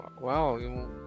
wow